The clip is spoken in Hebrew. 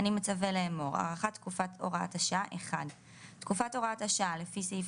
אני מצווה לאמור: תקופת הוראת השעה לפי סעיף